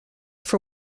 for